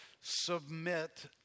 submit